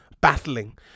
battling